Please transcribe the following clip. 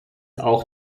auch